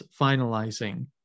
finalizing